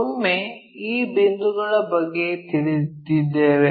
ಒಮ್ಮೆ ಈ ಬಿಂದುಗಳ ಬಗ್ಗೆ ತಿಳಿದಿದ್ದೇವೆ